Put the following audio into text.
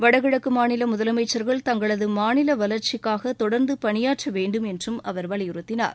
வடகிழக்கு மாநில முதலமைச்சர்கள் தங்களது மாநில வளர்ச்சிக்காக தொடர்ந்த பணியாற்ற வேண்டும் என்றும் அவர் வலியுறுத்தினார்